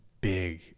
big